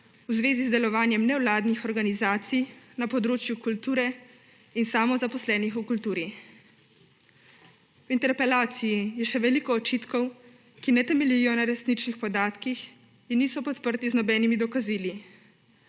v zvezi z delovanjem nevladnih organizacij na področju kulture in samozaposlenih v kulturi. V interpelaciji je še veliko očitkov, ki ne temeljijo na resničnih podatkih in niso podprti z nobenimi dokazili.